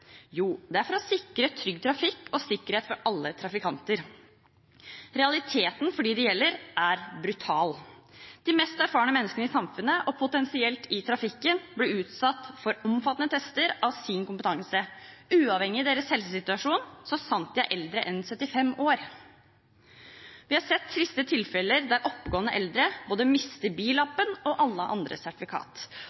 Jo, det er å sikre trygg trafikk og sikkerhet for alle trafikanter. Realiteten for dem det gjelder, er brutal. De mest erfarne menneskene i samfunnet, og potensielt i trafikken, blir utsatt for omfattende tester av sin kompetanse – uavhengig av deres helsesituasjon – så sant de er eldre enn 75 år. Vi har sett triste tilfeller der oppegående eldre både mister